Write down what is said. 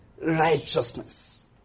righteousness